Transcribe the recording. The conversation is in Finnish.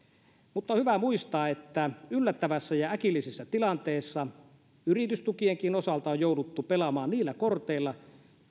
mutta on hyvä muistaa että yllättävässä ja äkillisessä tilanteessa yritystukienkin osalta on jouduttu pelaamaan niillä korteilla